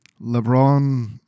LeBron